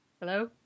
Hello